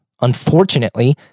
unfortunately